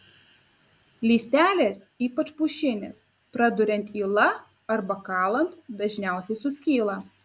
lystelės ypač pušinės praduriant yla arba kalant dažniausiai suskyla